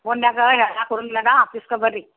ಫೋನ್ನಾಗ ಹೇಳಕ್ಕೆ ಬರೋಂಗಿಲ್ಲ ಅದು ಆಫೀಸ್ಗೇ ಬನ್ರಿ